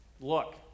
Look